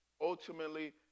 ultimately